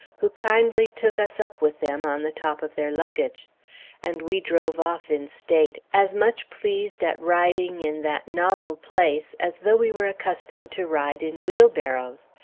who kindly took us up with them, on the top of their luggage and we drove off in state, as much pleased at riding in that novel place as though we were accustomed to ride in wheelbarrows.